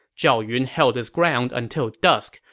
zhao yun held his ground until dusk,